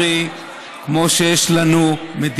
כמו שיש לנו צבא עברי,